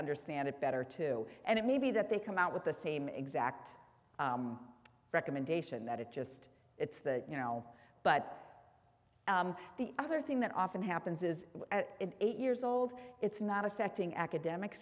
understand it better too and it may be that they come out with the same exact recommendation that it just it's the you know but the other thing that often happens is eight years old it's not affecting academic